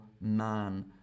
man